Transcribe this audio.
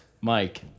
Mike